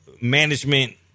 management